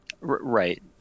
Right